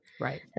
right